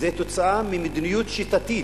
זו תוצאה של מדיניות שיטתית,